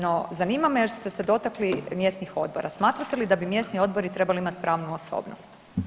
No zanima me jer ste se dotakli mjesnih odbora, smatrate li da bi mjesni odbori trebali imati pravnu osobnost?